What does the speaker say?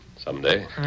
Someday